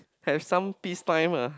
have some peace time ah